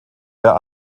der